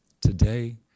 today